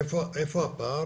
איפה הפער?